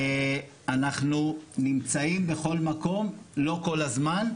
אנחנו נמצאים בכל מקום, לא כל הזמן.